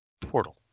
portal